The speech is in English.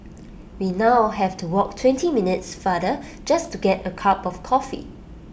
we now have to walk twenty minutes farther just to get A cup of coffee